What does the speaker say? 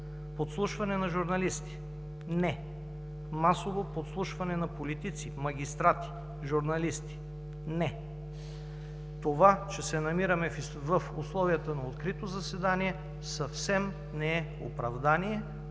Подслушване на журналисти – не. Масово подслушване на политици, магистрати, журналисти – не. Това, че се намираме в условията на открито заседание, съвсем не е оправдание